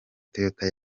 toyota